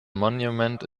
monument